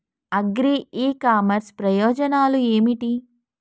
Agri e commerce ప్రయోజనాలు ఏమిటి?